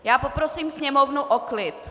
Já poprosím Sněmovnu o klid!